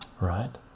right